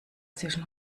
zwischen